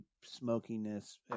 smokiness